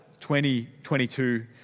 2022